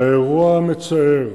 האירוע המצער